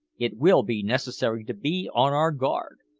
it will be necessary to be on our guard.